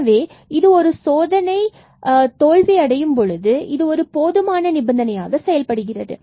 எனவே இது ஒரு நிலையில் சோதனை தோல்வி அடையும் பொழுது இது ஒரு போதுமான நிபந்தனையாக செயல்படுகிறது